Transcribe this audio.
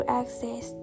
access